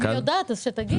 אם היא יודעת שתגיד.